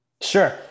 Sure